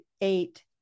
eight